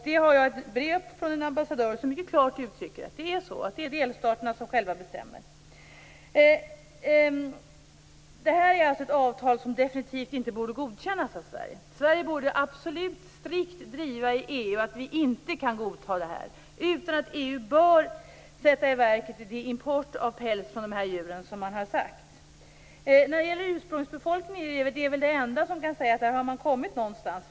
Jag har ett brev från en ambassadör som mycket klart uttrycker att delstaterna själva bestämmer. Det här avtalet borde alltså definitivt inte godkännas av Sverige. Sverige borde i stället absolut strikt driva i EU att vi inte kan godta detta. EU bör sätta i verket importförbudet för skinn från de djur som man har sagt. När det gäller detta med ursprungsbefolkningen kan jag säga att det är väl bara där som man har kommit någonstans.